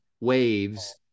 waves